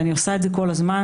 ואני עושה את זה כל הזמן,